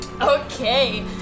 Okay